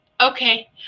Okay